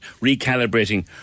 Recalibrating